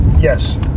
yes